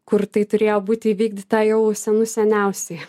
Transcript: kur tai turėjo būti įvykdyta jau senų seniausiai